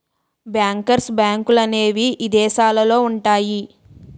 bankers బ్యాంకులనేవి ఇదేశాలల్లో ఉంటయ్యి